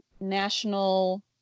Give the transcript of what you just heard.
National